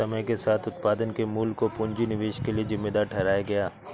समय के साथ उत्पादन के मूल्य को पूंजी निवेश के लिए जिम्मेदार ठहराया गया